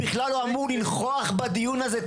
בכלל לא אמור לנכוח בדיון הזה,